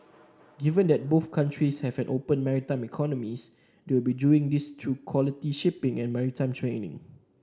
given that both countries have open maritime economies they will be doing this through quality shipping and maritime training